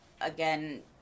again